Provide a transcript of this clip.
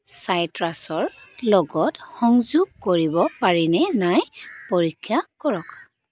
চাইট্ৰাছৰ লগত সংযোগ কৰিব পাৰিনে নাই পৰীক্ষা কৰক